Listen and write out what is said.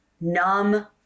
numb